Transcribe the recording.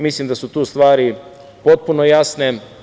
Mislim da su tu stvari potpuno jasne.